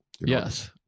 Yes